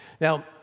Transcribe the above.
Now